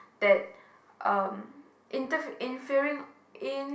that um interfere inferring in~